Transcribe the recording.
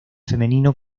femenino